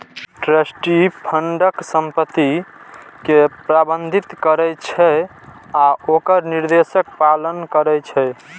trustee फंडक संपत्ति कें प्रबंधित करै छै आ ओकर निर्देशक पालन करै छै